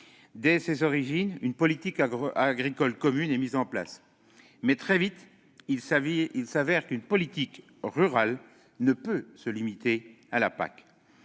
Dès ses origines, une politique agricole commune (PAC) est mise en place. Mais, très vite, il apparaît qu'une politique rurale ne peut se limiter à la PAC